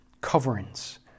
coverings